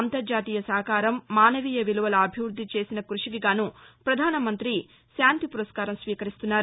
అంతర్జాతీయ సహకారం మాసవీయ విలువల అభివృద్ది చేసిన కృషికి గాను పధాన మంత్రి శాంతి పురస్కారం స్వీకరిస్తున్నారు